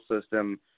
system